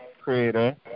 Creator